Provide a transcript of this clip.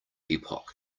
epoch